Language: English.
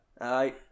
Aye